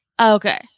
Okay